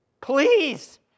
Please